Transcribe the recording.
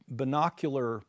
binocular